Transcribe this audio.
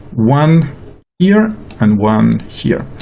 one here and one here.